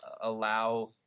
allow